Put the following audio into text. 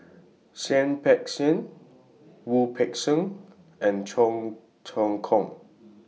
Seah Peck Seah Wu Peng Seng and Cheong Choong Kong